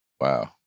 Wow